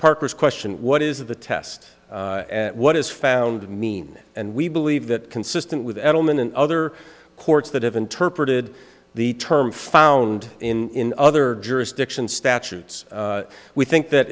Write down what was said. parker's question what is the test what is found mean and we believe that consistent with edelman and other courts that have interpreted the term found in other jurisdictions statutes we think that